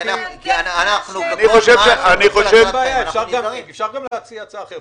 אין בעיה, אפשר גם להציע הצעה אחרת.